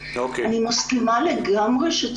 היו מקרים אחרים.